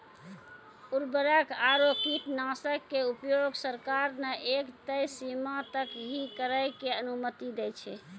उर्वरक आरो कीटनाशक के उपयोग सरकार न एक तय सीमा तक हीं करै के अनुमति दै छै